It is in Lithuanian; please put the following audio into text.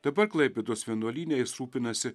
dabar klaipėdos vienuolyne jis rūpinasi